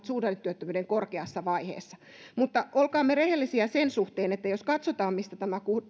suhdannetyöttömyyden korkeassa vaiheessa mutta olkaamme rehellisiä sen suhteen että jos katsotaan mistä tämä